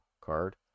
card